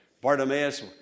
Bartimaeus